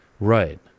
Right